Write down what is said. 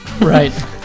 Right